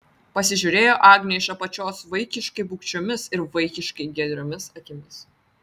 pasižiūrėjo agnė iš apačios vaikiškai bugščiomis ir vaikiškai giedriomis akimis